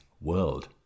world